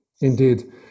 indeed